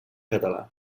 català